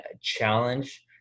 challenge